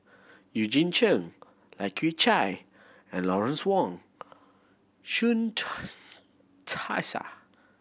Eugene Chen Lai Kew Chai and Lawrence Wong Shyun Tsai